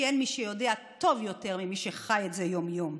כי אין מי שיודע טוב יותר ממי שחי את זה יום-יום.